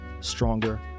stronger